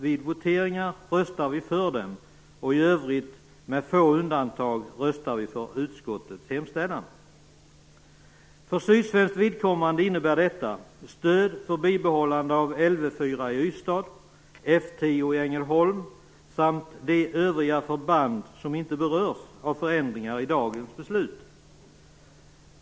Vid voteringar röstar vi för dem och i övrigt röstar vi för utskottets hemställan med få undantag. För sydsvenskt vidkommande innebär detta stöd för bibehållande av Lv 4 i Ystad, F 10 i Ängelholm samt de övriga förband som inte berörs av förändringar i dagens beslut.